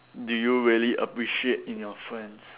do you really appreciate in your friends